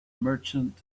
merchant